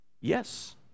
yes